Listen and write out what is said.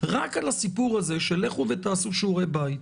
רק על הסיפור הזה של "לכו ותעשו שיעורי בית".